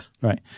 Right